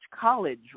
College